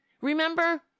Remember